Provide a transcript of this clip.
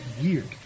weird